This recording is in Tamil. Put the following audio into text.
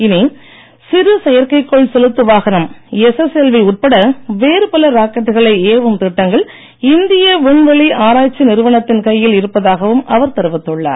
இனி சிறு செயற்கைக்கோள் செலுத்து வாகனம் எஸ்எஸ்எல்வி உட்பட வேறுபல ராக்கெட்டுகளை ஏவும் திட்டங்கள் இந்திய விண்வெளி ஆராய்ச்சி நிறுவனத்தில் கையில் இருப்பதாகவும் அவர் தெரிவித்துள்ளார்